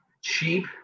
cheap